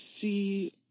see